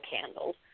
candles